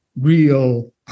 real